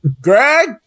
Greg